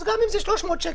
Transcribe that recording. אז גם אם זה 300 שקל,